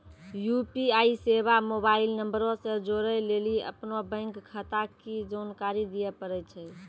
UPI सेबा mobile नंबरो से जोड़ै लेली अपनो बैंक खाता के जानकारी दिये पड़ै छै